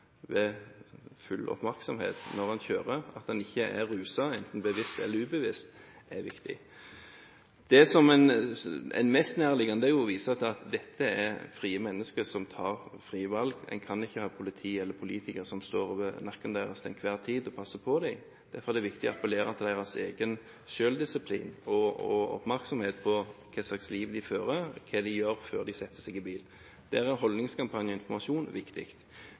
når han kjører. At han ikke er ruset, enten bevisst eller ubevisst, er viktig. Det mest nærliggende er å vise til at dette er frie mennesker, som tar frie valg. En kan ikke ha politi eller politikere som til enhver tid står over dem og passer på dem. Derfor er det viktig å appellere til deres egen selvdisiplin og deres egen oppmerksomhet på hva slags liv de fører, og hva de gjør før de setter seg inn i bilen. Her er holdningskampanje og informasjon viktig.